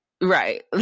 right